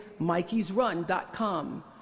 MikeysRun.com